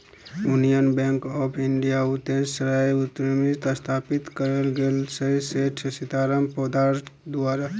union Bank of India उन्नैस सय उन्नैसमे स्थापित कएल गेल रहय सेठ सीताराम पोद्दार द्वारा